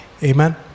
Amen